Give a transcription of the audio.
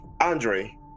Andre